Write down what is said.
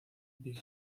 big